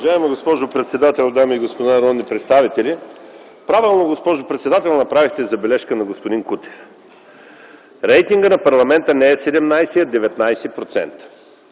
Уважаема госпожо председател, дами и господа народни представители! Правилно, госпожо председател, направихте забележка на господин Кутев. Рейтингът на парламента не е 17, а 19%.